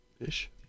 ish